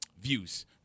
Views